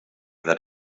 that